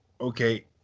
okay